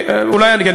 היסטוריה, שמות.